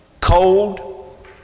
cold